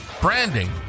branding